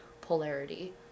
polarity